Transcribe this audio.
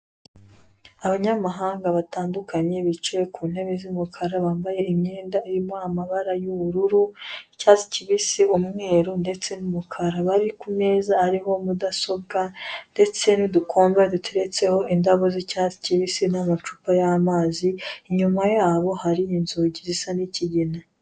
Abanyamahanga batandukanye bicaye ku ntebe z'umukara bambaye imyenda irimo amabara y'ubururu, icyatsi kibisi, umweru ndetse n'umukara, bari ku meza ariho mudasobwa, ndetse n'udukomba duteretseho indabo z'icyatsi kibisi n'amacupa y'amazi, inyuma yabo hari inzugi zisa n'ikigina.